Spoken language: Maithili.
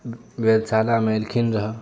वेदशालामे एलखिन रहए